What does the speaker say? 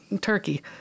Turkey